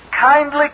kindly